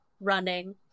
running